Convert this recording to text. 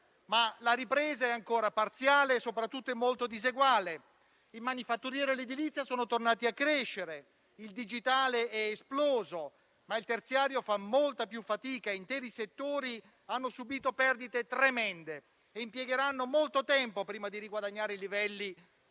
la ripresa è ancora parziale e soprattutto molto diseguale. I settori manifatturiero e dell'edilizia sono tornati a crescere e il digitale è esploso, mentre il terziario fa molta più fatica, con interi settori che hanno subito perdite tremende e impiegheranno molto tempo prima di riguadagnare i livelli di prima